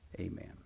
Amen